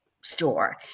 store